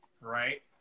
right